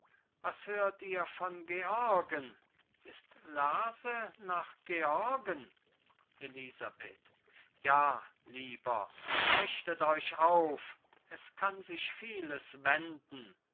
was hört ihr von georgen ist lerse nach georgen elisabeth ja lieber richtet euch auf es kann sich vieles wenden